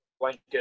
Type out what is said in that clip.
blanket